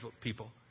people